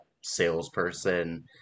salesperson